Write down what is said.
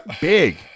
Big